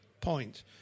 point